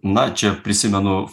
na čia prisimenu